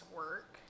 work